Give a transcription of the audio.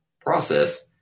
process